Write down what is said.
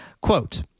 Quote